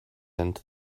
into